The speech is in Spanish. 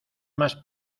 más